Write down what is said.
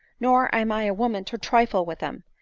nor am i a woman to trifle with them.